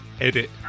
edit